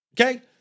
okay